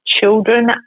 children